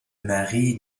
mari